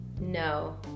No